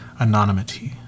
anonymity